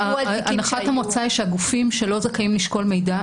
הנחת המוצא היא שהגופים שלא זכאים לשקול מידע,